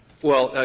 well,